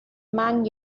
man